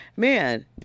Man